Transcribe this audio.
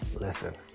listen